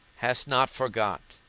hast not forgot,